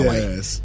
Yes